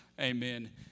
amen